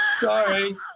Sorry